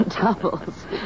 Doubles